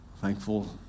Thankful